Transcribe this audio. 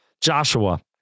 Joshua